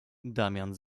damian